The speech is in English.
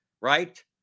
right